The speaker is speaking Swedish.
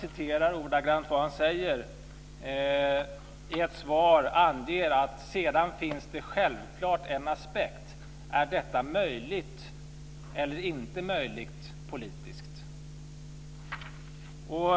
I svaret anger han: Sedan finns det självklart en aspekt. Är detta möjligt eller inte möjligt politiskt?